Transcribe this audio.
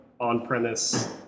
on-premise